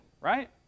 right